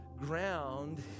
ground